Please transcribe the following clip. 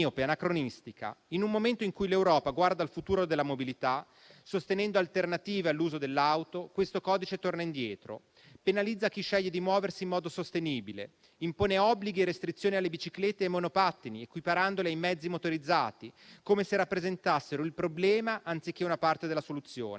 miope, anacronistica. In un momento in cui l'Europa guarda al futuro della mobilità sostenendo alternative all'uso dell'auto, questo codice torna indietro, penalizza chi sceglie di muoversi in modo sostenibile, impone obblighi e restrizioni alle biciclette e ai monopattini, equiparandoli ai mezzi motorizzati, come se rappresentassero il problema anziché una parte della soluzione.